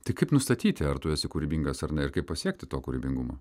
tai kaip nustatyti ar tu esi kūrybingas ar ne ir kaip pasiekti to kūrybingumo